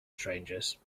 strangers